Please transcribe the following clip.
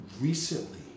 Recently